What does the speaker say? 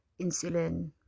insulin